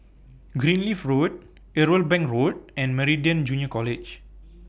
Greenleaf Road Irwell Bank Road and Meridian Junior College